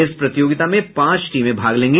इस प्रतियोगिता में पांच टीमें भाग लेंगी